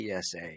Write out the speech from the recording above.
PSA